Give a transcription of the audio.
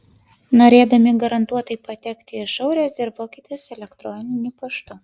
norėdami garantuotai patekti į šou rezervuokitės elektroniniu paštu